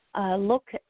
look